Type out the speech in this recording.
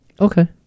Okay